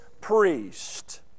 priest